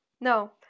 no